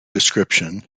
description